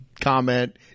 comment